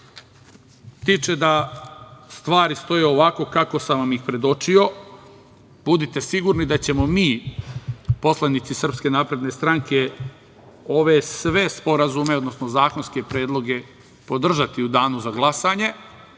tiče, stvari stoje ovako kako sam ih i predočio. Budite sigurni da ćemo mi, poslanici SNS, ove sve sporazume, odnosno, zakonske predloge podržati u danu za glasanje,